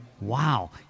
wow